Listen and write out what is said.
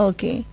Okay